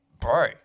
bro